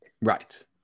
Right